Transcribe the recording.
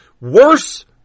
worse